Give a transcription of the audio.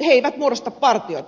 he eivät muodosta partiota